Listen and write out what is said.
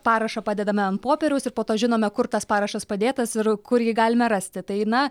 parašą padedame ant popieriaus ir po to žinome kur tas parašas padėtas ir kur jį galime rasti tai na